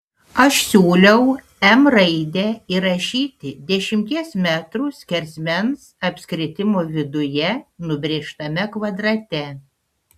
aš siūliau m raidę įrašyti dešimties metrų skersmens apskritimo viduje nubrėžtame kvadrate